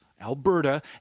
Alberta